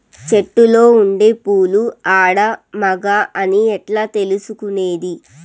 చెట్టులో ఉండే పూలు ఆడ, మగ అని ఎట్లా తెలుసుకునేది?